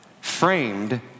framed